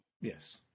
Yes